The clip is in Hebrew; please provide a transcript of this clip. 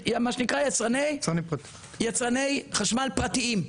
יצרני חשמל פרטיים.